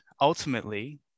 ultimately